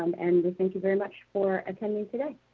and and we thank you very much for attending today.